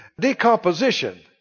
Decomposition